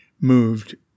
moved